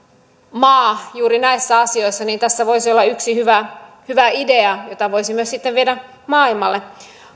maa juuri näissä asioissa niin tässä voisi olla yksi hyvä hyvä idea jota voisimme sitten viedä maailmalle